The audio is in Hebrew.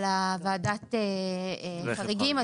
על ועדת החריגים,